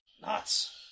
Nuts